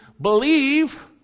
believe